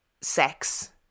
sex